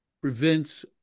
prevents